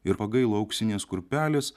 ir pagailo auksinės kurpelės